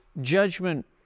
judgment